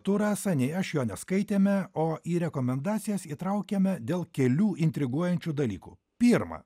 tu rasa nei aš jo neskaitėme o į rekomendacijas įtraukėme dėl kelių intriguojančių dalykų pirma